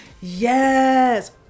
Yes